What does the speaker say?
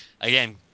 again